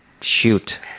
shoot